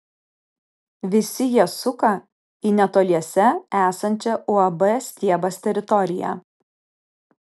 visi jie suka į netoliese esančią uab stiebas teritoriją